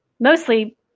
Mostly